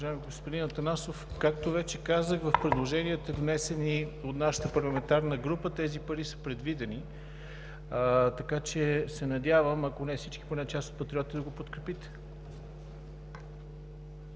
господин Атанасов, както вече казах, в предложенията, внесени от нашата парламентарна група, тези пари са предвидени, така че се надявам, ако не всички, поне част от Патриотите да го подкрепите.